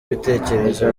ibitekerezo